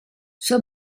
sua